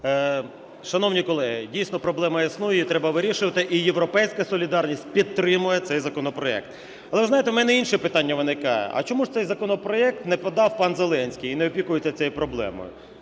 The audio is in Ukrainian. Шановні колеги, дійсно проблема існує, її треба вирішувати і "Європейська солідарність" підтримує цей законопроект. Але, ви знаєте, у мене інше питання виникає. А чому ж цей законопроект не подав пан Зеленський і не опікується цією проблемою?